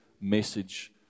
message